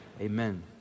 Amen